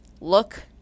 look